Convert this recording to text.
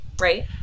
right